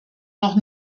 noch